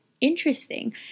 interesting